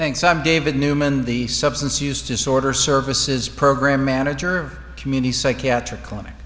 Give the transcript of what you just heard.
thanks i'm david newman the substance use disorder services program manager community psychiatric clinic